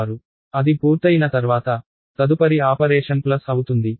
అది పూర్తయిన తర్వాత తదుపరి ఆపరేషన్ ప్లస్ అవుతుంది